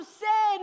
sin